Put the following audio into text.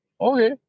Okay